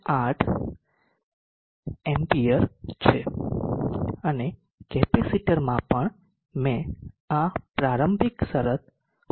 ૮ ampere છે અને કેપેસિટરમાં પણ મેં આ પ્રારંભિક શરત 49